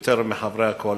יותר מחברי הקואליציה.